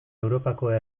europa